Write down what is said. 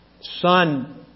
Son